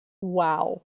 Wow